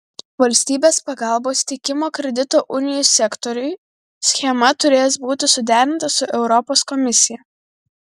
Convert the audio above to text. valstybės pagalbos teikimo kredito unijų sektoriui schema turės būti suderinta su europos komisija